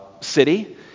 city